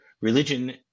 religion